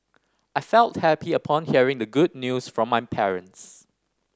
I felt happy upon hearing the good news from my parents